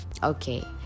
Okay